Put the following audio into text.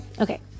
okay